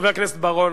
חבר הכנסת בר-און,